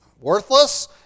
worthless